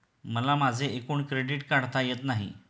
मला माझे एकूण क्रेडिट काढता येत नाही